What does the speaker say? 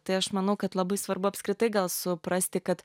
tai aš manau kad labai svarbu apskritai gal suprasti kad